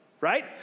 right